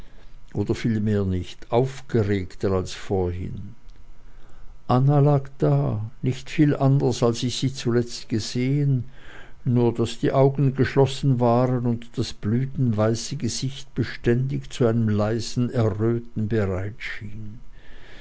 oder vielmehr nicht aufgeregter als vorhin anna lag da nicht viel anders als ich sie zuletzt gesehen nur daß die augen geschlossen waren und das blütenweiße gesicht beständig zu einem leisen erröten bereit schien